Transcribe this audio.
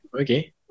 Okay